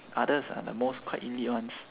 others ah the most quite elite ones